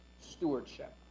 stewardship